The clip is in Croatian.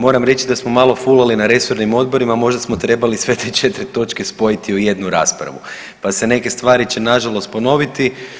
Moram reći da smo malo fulali na resornim odborima, možda smo trebali sve te 4 točke spojiti u jednu raspravu, pa će neke stvari se nažalost ponoviti.